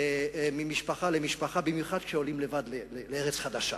ממשפחה למשפחה, במיוחד כשעולים לבד לארץ חדשה.